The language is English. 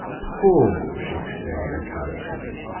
pooh! she exclaimed encouragingly.